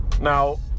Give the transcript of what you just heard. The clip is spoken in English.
Now